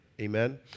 Amen